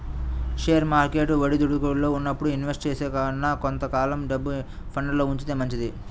share market ఒడిదుడుకుల్లో ఉన్నప్పుడు invest చేసే కన్నా కొంత కాలం డెబ్ట్ ఫండ్లల్లో ఉంచితే మంచిది